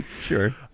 sure